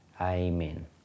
Amen